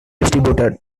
distributed